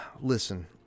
listen